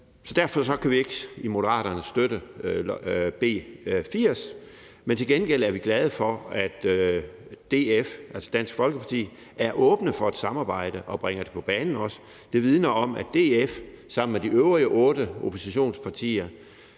Derfor kan vi i Moderaterne ikke støtte B 80, men til gengæld er vi glade for, at Dansk Folkeparti er åbne for et samarbejde og også bringer det på banen. Det vidner om, at DF sammen med de øvrige otte oppositionspartier